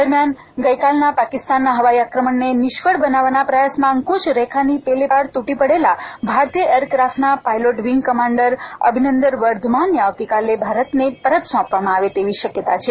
દરમિયાન ગઇકાલના પાકિસ્તાનના હવાઇ આક્રમણને નિષ્ફળ બતાવવાના પ્રયાસમાં અંકુશ રેખાની પેલે પાર તૂટી પડેલા ભારતીય એર ક્રાફટના પાઇલોટ વિંગ કમાન્ડર અભિનંદન વર્ઘમાનને આવતીકાલે ભારતને પરત સોંપવામાં આવે તેવી શક્યતા છે